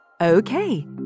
Okay